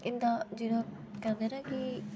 इंदा जेह्ड़ा कहंदे ना की